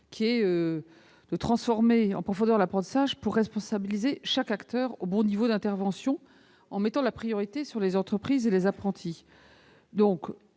qui est de transformer en profondeur l'apprentissage pour responsabiliser chaque acteur au bon niveau d'intervention, en donnant la priorité aux entreprises et aux apprentis.